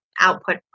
output